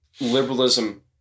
liberalism